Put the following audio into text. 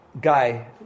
guy